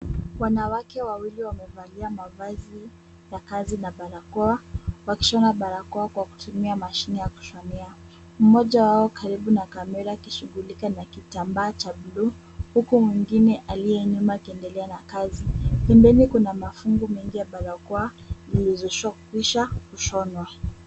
Wanawake wawili wamevalia mavazi ya kazi na barakoa, wakishona barakoa kwa kutumia mashine ya kushonea. Mmoja wao karibu na kamera akishughulika na kitambaa cha buluu. Huku mwingine aliye nyuma akiendelea na kazi. Pembeni kuna mafungu mengi ya barakoa zilizokamilishwa kushonwa.